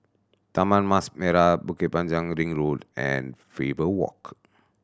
Taman Mas Merah Bukit Panjang Ring Road and Faber Walk